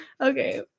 Okay